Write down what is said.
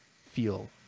feel